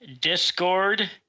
Discord